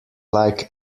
like